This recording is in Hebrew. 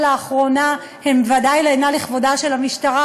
לאחרונה ודאי אינן לכבודה של המשטרה.